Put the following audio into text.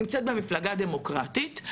נמצאת במפלגה דמוקרטית.